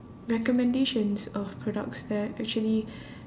recommendations of products that actually